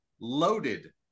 loaded